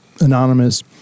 anonymous